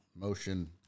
Motion